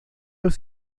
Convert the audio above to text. los